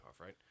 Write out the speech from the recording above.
right